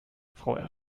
frau